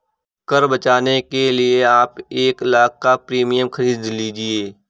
कर बचाने के लिए आप एक लाख़ का प्रीमियम खरीद लीजिए